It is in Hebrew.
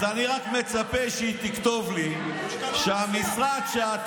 אז אני רק מצפה שהיא תכתוב לי שהמשרד שבו